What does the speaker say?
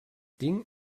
ding